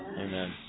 Amen